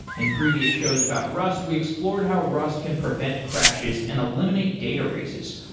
in previous shows about rust, we explored how rust can prevent crashes and eliminate data erases.